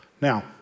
Now